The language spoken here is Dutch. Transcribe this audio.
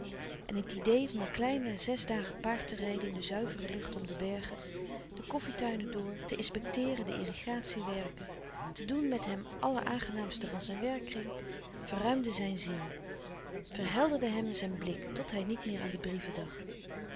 en het idee van een kleine zes dagen paard te rijden in de zuivere lucht om de bergen de koffietuinen door te inspecteeren de irrigatiewerken te doen het hem alleraangenaamste van zijn werkkring verruimde zijn ziel verhelderde hem zijn blik tot hij niet meer aan de brieven dacht